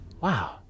Wow